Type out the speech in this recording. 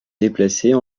déplacer